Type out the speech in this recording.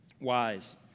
wise